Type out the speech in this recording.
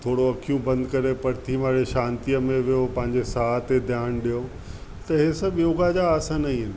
थोरो अखियूं बंदि करे पठिती मारे शांतीअ में विहो पंहिंजे साह ते ध्यानु ॾियो त इहे सभु योगा जा आसन आहिनि